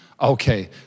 Okay